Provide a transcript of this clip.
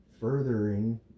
furthering